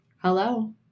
hello